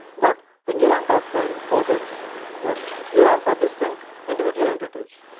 but the neuron doctrine posits that neurons are distinct individual entities.